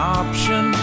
option